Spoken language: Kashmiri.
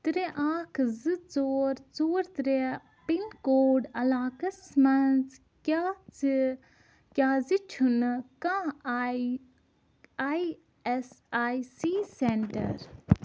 ترٛےٚ اَکھ زٕ ژور ژور ترٛےٚ پِن کوڈ علاقس مَنٛز کیٛازِ کیٛازِ چھُنہٕ کانٛہہ I I S I C centre